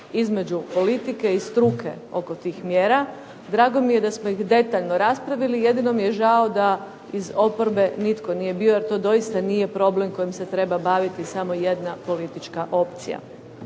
između politike i struke oko tih mjera, drago mi je da smo ih detaljno raspravili jedino mi je žao da iz oporbe nitko nije bio, jer to doista nije problem kojim se treba baviti samo jedna politička opcija.